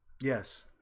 Yes